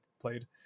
played